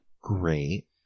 great